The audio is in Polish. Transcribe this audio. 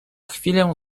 chwilę